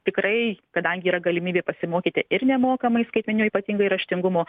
tikrai kadangi yra galimybė pasimokyti ir nemokamai skaitmeninio ypatingai raštingumo